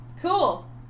Cool